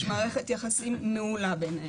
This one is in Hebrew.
יש מערכת יחסים מעולה ביניהן,